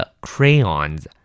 crayons